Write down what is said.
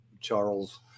Charles